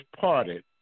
parted